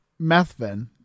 Methvin